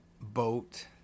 Boat